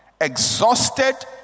exhausted